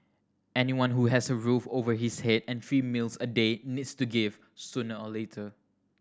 anyone who has a roof over his head and three meals a day needs to give sooner or later